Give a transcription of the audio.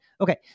Okay